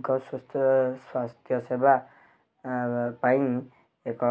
ଏକ ସୁସ୍ଥ ସ୍ବାସ୍ଥ୍ୟ ସେବା ପାଇଁ ଏକ